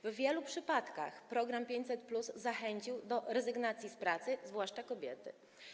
W wielu przypadkach program „500+” zachęcił do rezygnacji z pracy, zwłaszcza kobiety.